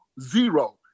Zero